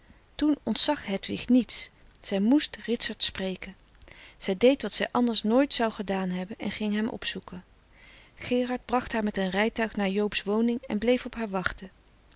toen ontzag hedwig niets zij moest ritsert spreken zij deed wat zij anders nooit zou gedaan hebben en ging hem opzoeken gerard bracht haar met een rijtuig naar joob's woning en bleef op haar wachten